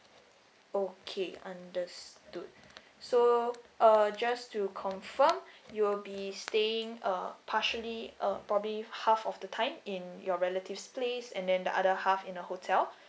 okay understood so uh just to confirm you will be staying uh partially uh probably half of the time in your relative's place and then the other half in the hotel